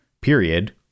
period